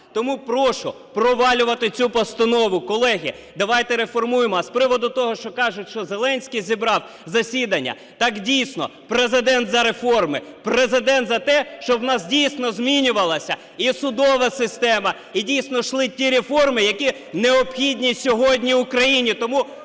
Тому прошу провалювати цю Постанову. Колеги, давайте реформуємо. А з приводу того, що кажуть, що Зеленський зібрав засідання, так дійсно, Президент за реформи, Президент за те, щоб у нас дійсно змінювалась і судова система, і дійсно йшли ті реформи, які необхідні сьогодні Україні.